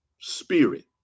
spirit